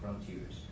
frontiers